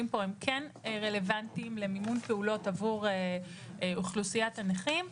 פה כן רלוונטיים למימון פעולות עבור אוכלוסיית הנכים,